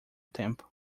tempo